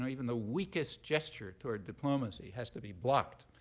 even the weakest gesture toward diplomacy has to be blocked.